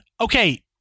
okay